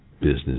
business